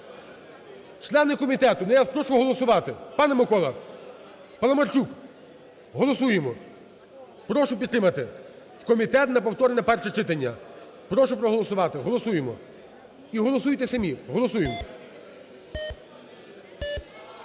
Члени комітету, ну, я вас прошу голосувати! Пане Миколо! Паламарчук! Голосуємо! Прошу підтримати в комітет на повторне перше читання. Прошу проголосувати. Голосуємо! І голосуйте самі! Голосуємо.